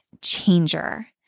changer